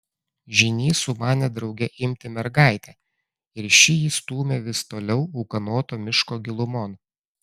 žynys sumanė drauge imti mergaitę ir ši jį stūmė vis toliau ūkanoto miško gilumon